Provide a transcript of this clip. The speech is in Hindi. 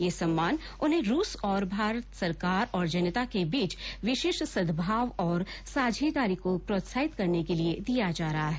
यह सम्मान उन्हें रूस और भारत सरकार और जनता के बीच विशेष सदभाव और साझेदारी को प्रोत्साहित करने के लिए दिया जा रहा है